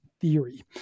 theory